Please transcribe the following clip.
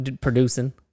producing